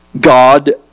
God